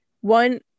one